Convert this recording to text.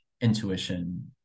intuition